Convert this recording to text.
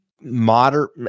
moderate